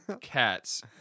cats